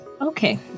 Okay